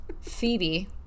Phoebe